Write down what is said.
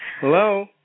Hello